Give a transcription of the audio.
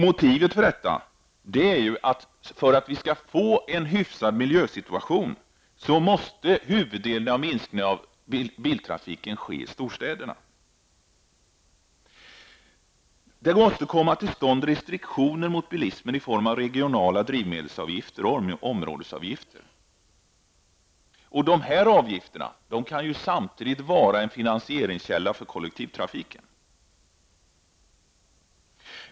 Motivet till detta är att för att vi skall få en hyfsad miljösituation måste huvuddelen av minskningen av biltrafiken ske i storstäderna. Detta innebär att det måste komma till stånd restriktioner mot bilismen, t.ex. i form av regionala drivmedelsavgifter och områdesavgifter. Dessa avgifter kan samtidigt vara en finansieringskälla för kollektivtrafiken.